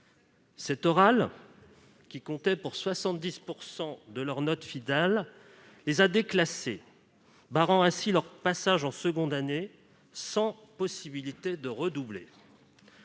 Cet oral, qui comptait pour 70 % de leur note finale, les a déclassés, barrant ainsi leur passage en seconde année, sans possibilité de redoubler.